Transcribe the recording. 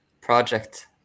project